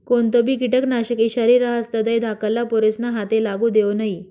कोणतंबी किटकनाशक ईषारी रहास तधय धाकल्ला पोरेस्ना हाते लागू देवो नै